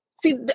See